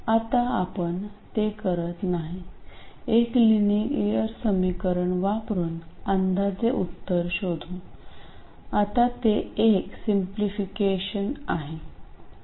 आता आम्ही ते करत नाही एक लिनियर समीकरण वापरुन अंदाजे उत्तर शोधू आता ते एक सिंपलिफिकेशन आहे